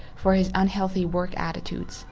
for his unhealthy work attitudes.